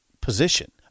position